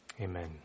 Amen